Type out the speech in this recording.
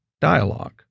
dialogue